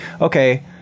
okay